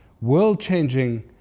world-changing